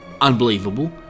unbelievable